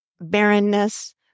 barrenness